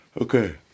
Okay